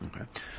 Okay